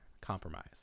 compromise